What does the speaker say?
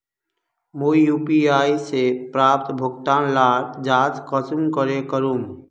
मुई यु.पी.आई से प्राप्त भुगतान लार जाँच कुंसम करे करूम?